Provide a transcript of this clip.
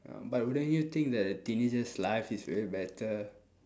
but wouldn't you think that a teenager's life is way better